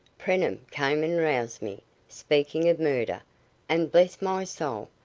preenham came and roused me speaking of murder and, bless my soul!